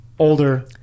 Older